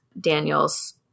Daniel's